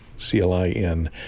C-L-I-N